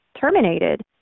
terminated